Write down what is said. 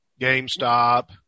GameStop